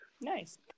Nice